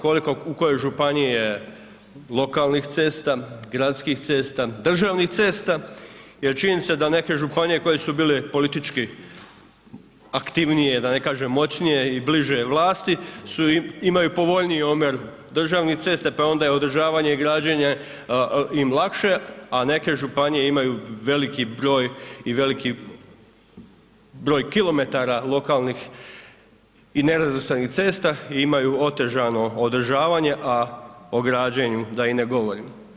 Koliko u kojoj županiji je lokalnih cesta, gradskih cesta, državnih cesta, jer činjenica je da neke županije koje su bile politički aktivnije, da ne kažem moćnije i bliže vlasti su, imaju povoljniji omjer državnih cesta pa je onda održavanje i građenje im lakše, a neke županije imaju veliki broj i veliki broj kilometara lokalnih i nerazvrstanih cesta i imaju otežano održavanja, a o građenju da i ne govorim.